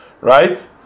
Right